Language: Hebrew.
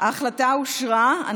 ההחלטה אושרה.